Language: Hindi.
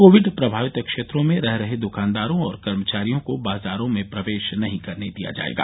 कोविड प्रभावित क्षेत्रों में रह रहे दुकानदारों और कर्मचारियों को बाजारों में प्रवेश नहीं करने दिया जाएगा